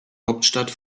hauptstadt